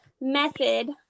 method